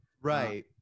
Right